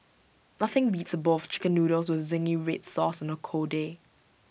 nothing beats A bowl of Chicken Noodles with Zingy Red Sauce on A cold day